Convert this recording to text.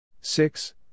Six